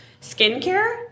skincare